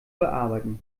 bearbeiten